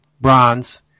bronze